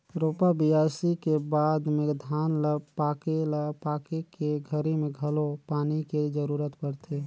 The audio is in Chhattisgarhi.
रोपा, बियासी के बाद में धान ल पाके ल पाके के घरी मे घलो पानी के जरूरत परथे